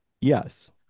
yes